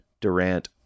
Durant